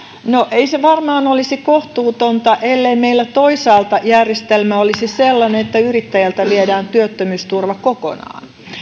no ei se varmaan olisi kohtuutonta ellei meillä toisaalta järjestelmä olisi sellainen että yrittäjältä viedään työttömyysturva kokonaan